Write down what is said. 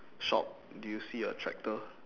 shop do you see a tractor